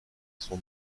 son